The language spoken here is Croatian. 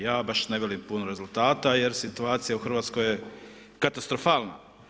Ja baš ne vidim puno rezultata, jer situacija u Hrvatskoj je katastrofalna.